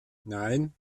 nein